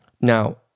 Now